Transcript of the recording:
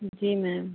जी ma'am